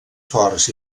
forts